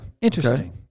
interesting